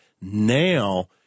Now